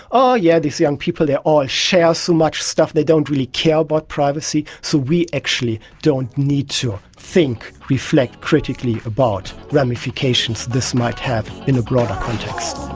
oh yeah, these young people, they all share so much stuff, they don't really care about privacy, so we actually don't need to think, reflect critically about ramifications this might have in a broader context.